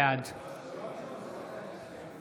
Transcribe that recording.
בעד